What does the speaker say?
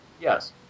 Yes